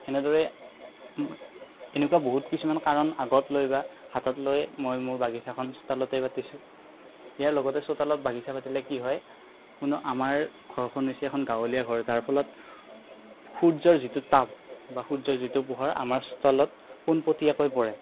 এনেদৰে এনেকুৱা বহুত কিছুমান কাৰণ আগত লৈ বা হাতত লৈ মই মোৰ বাগিছাখন চোতালতে পাতিছোঁ ইয়াৰ লগতে চোতালত বাগিছা পাতিলে কি হয় কিয়নো আমাৰ ঘৰখন হৈছে এখন গাঁৱলীয়া ঘৰ ফলত সূৰ্যৰ যিটো তাপ বা সূৰ্য্যৰ যিটো পোহৰ আমাৰ চোতালত পোন পটিয়াকৈ পৰে